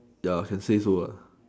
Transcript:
ya can say so lah